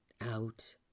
out